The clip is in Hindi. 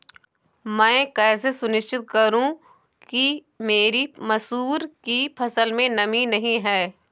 मैं कैसे सुनिश्चित करूँ कि मेरी मसूर की फसल में नमी नहीं है?